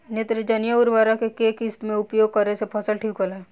नेत्रजनीय उर्वरक के केय किस्त मे उपयोग करे से फसल ठीक होला?